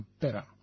better